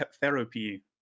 therapy